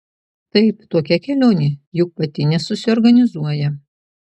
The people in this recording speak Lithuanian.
taip tokia kelionė juk pati nesusiorganizuoja